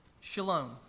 Shalom